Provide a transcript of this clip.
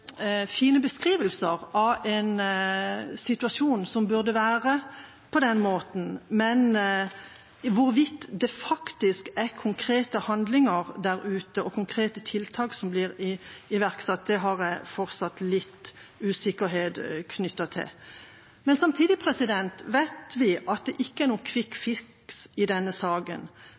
fine beskrivelser av en situasjon som burde være på den måten, men hvorvidt det faktisk er konkrete handlinger der ute og konkrete tiltak som blir iverksatt, har jeg fortsatt litt usikkerhet knyttet til. Samtidig vet vi at det ikke er noen «quick fix» i denne saken.